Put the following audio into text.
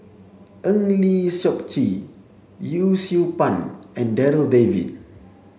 Eng Lee Seok Chee Yee Siew Pun and Darryl David